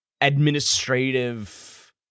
administrative